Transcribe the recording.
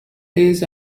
days